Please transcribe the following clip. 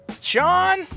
Sean